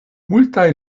multaj